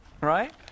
right